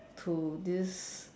to this